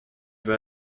veut